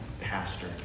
pastor